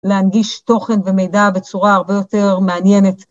להנגיש תוכן ומידע בצורה הרבה יותר מעניינת.